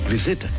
Visit